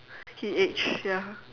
he aged ya